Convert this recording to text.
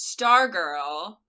Stargirl